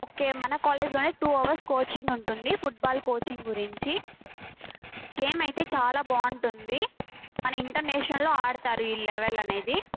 okay మన కాలేజ్లోనే two hours coaching ఉంటుంది ఫుట్బాల్ కోచింగ్ గురించి గేమ్ ఆయితే చాలా బాగుంటుంది మన ఇంటర్నేషనల్లో ఆడతారు ఈ లెవెల్ అనేది